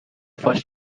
first